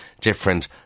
different